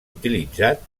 utilitzat